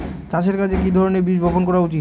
চাষের কাজে কি ধরনের বীজ বপন করা উচিৎ?